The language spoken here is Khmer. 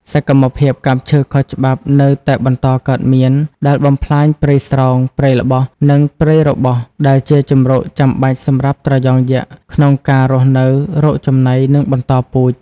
សកម្មភាពកាប់ឈើខុសច្បាប់នៅតែបន្តកើតមាន ដែលបំផ្លាញព្រៃស្រោង ព្រៃល្បោះ និងព្រៃរបោះ ដែលជាជម្រកចាំបាច់សម្រាប់ត្រយងយក្សក្នុងការរស់នៅ រកចំណី និងបន្តពូជ។